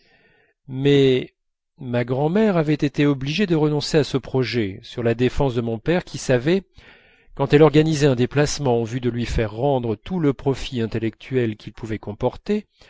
mais ma grand'mère avait été obligée de renoncer à ce projet sur la défense de mon père qui savait quand elle organisait un déplacement en vue de lui faire rendre tout le profit intellectuel qu'il pouvait comporter